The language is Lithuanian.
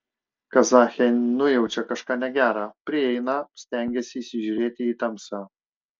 kazachė nujaučia kažką negera prieina stengiasi įsižiūrėti į tamsą